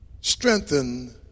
strengthen